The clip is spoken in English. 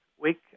week